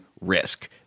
risk